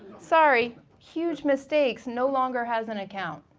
sorry, huge mistakes no longer has an account.